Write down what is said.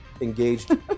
engaged